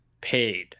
paid